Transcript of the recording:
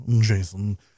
Jason